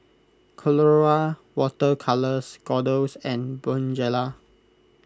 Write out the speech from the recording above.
Colora Water Colours Kordel's and Bonjela